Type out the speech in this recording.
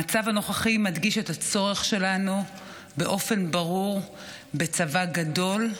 המצב הנוכחי מדגיש את הצורך שלנו באופן ברור בצבא גדול,